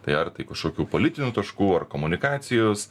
tai ar tai kažkokių politinių taškų ar komunikacijos